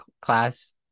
class